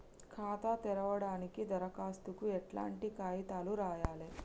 ఖాతా తెరవడానికి దరఖాస్తుకు ఎట్లాంటి కాయితాలు రాయాలే?